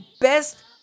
best